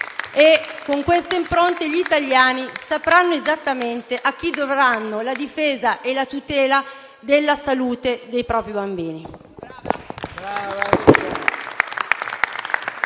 Con queste impronte gli italiani sapranno esattamente a chi dovranno la difesa e la tutela della salute dei propri bambini.